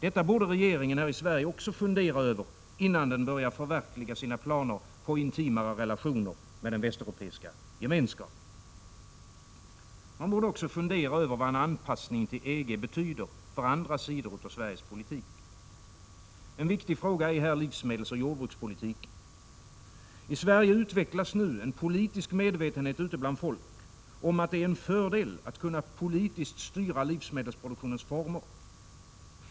Detta borde regeringen här i Sverige också fundera över, innan den börjar förverkliga sina planer på intimare relationer med den västeuropeiska gemenskapen. Man borde också fundera över vad en anpassning till EG betyder för andra sidor av Sveriges politik. En viktig fråga är här livsmedelsoch jordbrukspolitiken. I Sverige utvecklas nu en politisk medvetenhet ute bland folk om att det är en fördel att kunna politiskt styra livsmedelsproduktionens former.